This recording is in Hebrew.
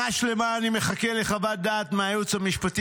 שנה שלמה אני מחכה לחוות דעת מהייעוץ המשפטי